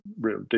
real